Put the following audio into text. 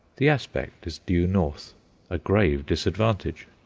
the aspect is due north a grave disadvantage.